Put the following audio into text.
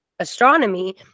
astronomy